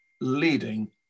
leading